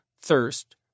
thirst